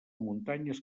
muntanyes